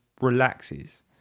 relaxes